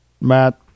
Matt